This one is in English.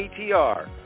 ATR